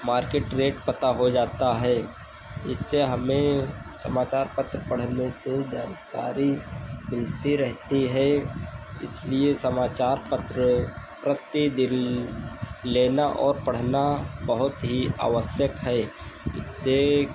market rate पता हो जाता है इससे हमें समाचार पत्र पढ़ने से जानकारी मिलती रहती है इसलिए समाचार पत्र प्रतिदिन लेना और पढ़ना बहुत ही आवश्यक है इससे